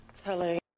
Telling